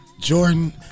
Jordan